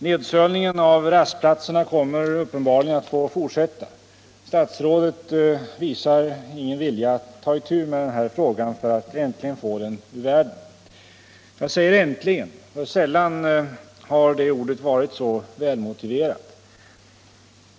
Nedsölningen av rastplatserna kommer uppenbarligen att få fortsätta. Statsrådet visar ingen vilja att ta itu med denna fråga — Nr 116 för att äntligen få den ur världen. Jag säger äntligen, och sällan har det ordet varit så välmotiverat.